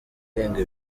irenga